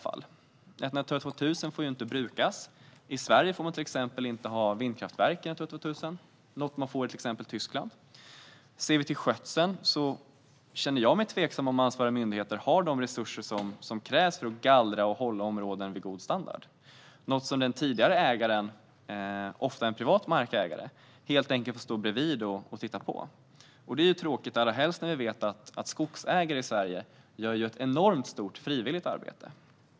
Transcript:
Ett Natura 2000 får inte brukas. I Sverige får man till exempel inte ha vindkraftverk i ett Natura 2000, vilket man får i till exempel Tyskland. När det gäller skötseln känner jag mig tveksam till om ansvariga myndigheter har de resurser som krävs för att gallra och hålla en god standard i områdena. Den tidigare ägaren - ofta en privat markägare - får helt enkelt stå bredvid och titta på. Det är tråkigt, allra helst när vi vet att skogsägare i Sverige gör ett enormt stort frivilligt arbete.